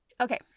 Okay